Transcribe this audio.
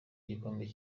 igikombe